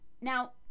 Now